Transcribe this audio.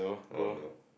oh no